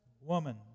woman